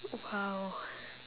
!wow!